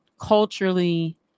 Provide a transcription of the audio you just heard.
culturally